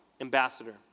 ambassador